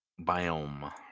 Biome